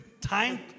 time